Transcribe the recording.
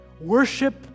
Worship